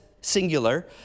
singular